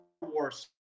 Wars